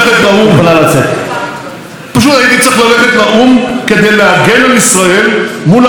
פשוט הייתי צריך ללכת לאו"ם כדי להגן על ישראל מול ההשמצות הללו,